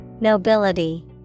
Nobility